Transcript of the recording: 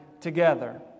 together